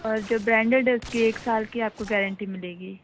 اور جو برینڈیڈ ہے اس کی ایک سال کی آپ کو گیرنٹی ملے گی